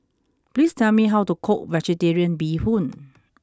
please tell me how to cook Vegetarian Bee Hoon